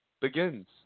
begins